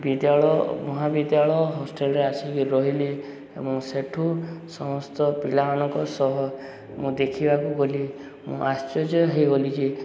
ବିଦ୍ୟାଳୟ ମହାବିଦ୍ୟାଳୟ ହଷ୍ଟେଲରେ ଆସିକି ରହିଲେ ଏବଂ ସେଠୁ ସମସ୍ତ ପିଲାମାନଙ୍କ ସହ ମୁଁ ଦେଖିବାକୁ ଗଲି ମୁଁ ଆଶ୍ଚର୍ଯ୍ୟ ହେଇଗଲି ଯେ